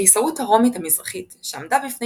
הקיסרות הרומית המזרחית שעמדה בפני